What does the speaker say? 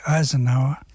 Eisenhower